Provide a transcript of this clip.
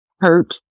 hurt